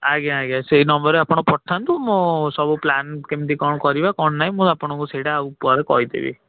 ଆଜ୍ଞା ଆଜ୍ଞା ସେଇ ନମ୍ବରରେ ଆପଣ ପଠାନ୍ତୁ ମୁଁ ସବୁ ପ୍ଲାନ୍ କେମତି କ'ଣ କରିବା କ'ଣ ନାଇଁ ମୁଁ ଆପଣଙ୍କୁ ସେଇଟା ଆଉ ପରେ କହିଦେବି